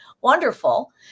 wonderful